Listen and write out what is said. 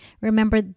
Remember